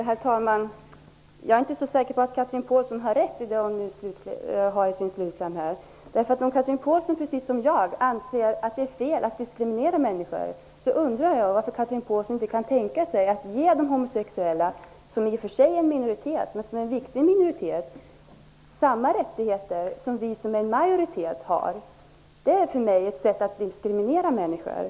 Herr talman! Jag är inte så säker på att Chatrine Pålsson har rätt i det hon säger i sin slutkläm. Om Chatrine Pålsson precis som jag anser att det är fel att diskriminera människor undrar jag varför Chatrine Pålsson inte kan tänka sig att ge de homosexuella -- som i och för sig är en minoritet, men en viktig minoritet -- samma rättighter som vi som är majoritet har. Det är för mig ett sätt att diskriminera människor.